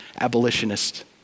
abolitionist